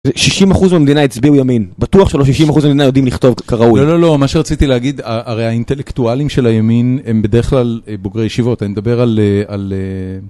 60% ממדינה הצביעו ימין, בטוח שלא 60% ממדינה יודעים לכתוב כראוי. לא לא לא, מה שרציתי להגיד, הרי האינטלקטואלים של הימין הם בדרך כלל בוגרי ישיבות, אני מדבר על...